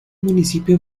municipio